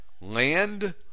land